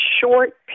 short